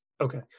Okay